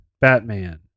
Batman